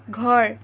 ঘৰ